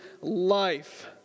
life